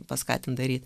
paskatint daryt